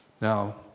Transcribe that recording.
Now